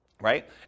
right